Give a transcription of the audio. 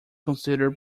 considered